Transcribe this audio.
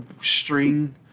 string